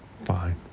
fine